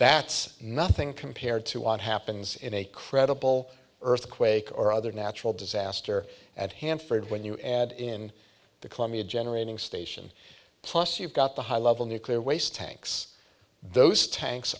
that's nothing compared to what happens in a credible earthquake or other natural disaster at hanford when you add in the columbia generating station plus you've got the high level nuclear waste tanks those tanks